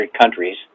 countries